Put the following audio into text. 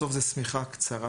בסוף זו שמיכה קצרה